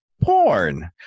porn